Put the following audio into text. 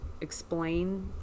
explain